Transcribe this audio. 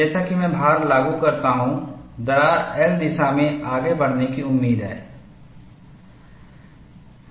जैसा कि मैं भार लागू करता हूं दरार L दिशा में आगे बढ़ने की उम्मीद है